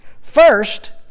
First